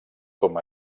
com